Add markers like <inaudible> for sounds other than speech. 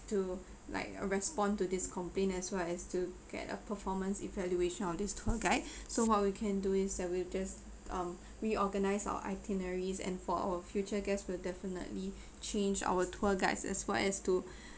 to like uh respond to this complain as well as to get a performance evaluation of this tour guide <breath> so what we can do is that we'll just um reorganise our itineraries and for our future guests will definitely <breath> change our tour guides as well as to <breath>